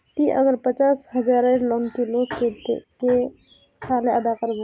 ती अगर पचास हजारेर लोन लिलो ते कै साले अदा कर बो?